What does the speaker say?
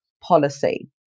policy